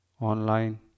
online